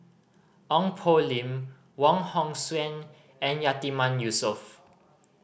Ong Poh Lim Wong Hong Suen and Yatiman Yusof